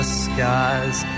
skies